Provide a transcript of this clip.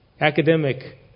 academic